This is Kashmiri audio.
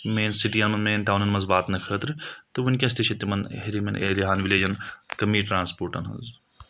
مَین سِٹِی یَن منٛز مَین ٹاونَن منٛز واتٕنہٕ خٲطرٕ تہٕ وٕنٛکٮ۪س تہِ چھِ تِمَن ہیٚرِمِٮ۪ن اَیٚرِیاہَن وِلَیجَن کٔمی ٹَرٛانَسپوٹَن ہٕنٛز